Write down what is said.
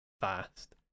fast